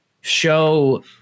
show